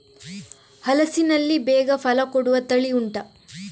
ಹಲಸಿನಲ್ಲಿ ಬೇಗ ಫಲ ಕೊಡುವ ತಳಿ ಉಂಟಾ